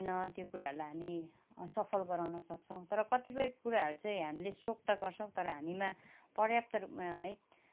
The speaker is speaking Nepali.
किन्न त्यो कुराहरूलाई हामी सफल गराउन सक्छौँ तर कतिपय कुराहरू चाहिँ हामीले सोख त गर्छौँ तर हामीमा पर्याप्त रूपमा है